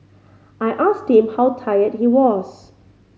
I asked him how tired he was